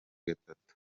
gatatu